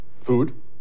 food